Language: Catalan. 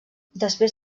després